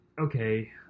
okay